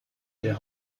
der